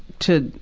to,